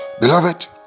Beloved